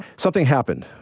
something happened.